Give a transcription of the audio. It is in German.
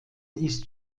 ist